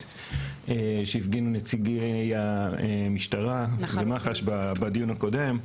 שהפגינו נציגי המשטרה ומח"ש בדיון הקודם,